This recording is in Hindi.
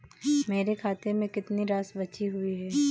मेरे खाते में कितनी राशि बची हुई है?